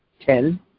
ten